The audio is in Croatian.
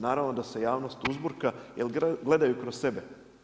Naravno da se javnost uzburka jer gledaju kroz sebe.